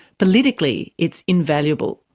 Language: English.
politically, it's invaluable.